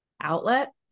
outlet